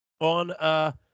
on